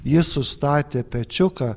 jie sustatė pečiuką